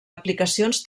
aplicacions